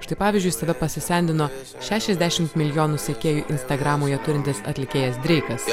štai pavyzdžiui save pasendino šešiasdešimt milijonų sekėjų instagramoje turintis atlikėjas dreikas